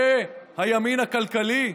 זה הימין הכלכלי?